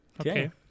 okay